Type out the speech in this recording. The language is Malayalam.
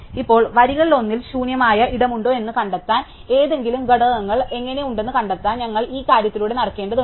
ഇപ്പോൾ വരികളിലൊന്നിൽ ശൂന്യമായ ഇടമുണ്ടോ എന്ന് കണ്ടെത്താൻ ഏതെങ്കിലും ഘടകങ്ങൾ എങ്ങനെ ഉണ്ടെന്ന് കണ്ടെത്താൻ ഞങ്ങൾ ഈ കാര്യത്തിലൂടെ നടക്കേണ്ടതുണ്ട്